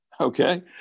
Okay